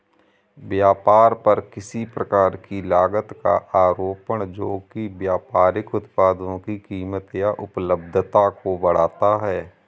व्यापार पर किसी प्रकार की लागत का आरोपण जो कि व्यापारिक उत्पादों की कीमत या उपलब्धता को बढ़ाता है